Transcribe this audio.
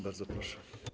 Bardzo proszę.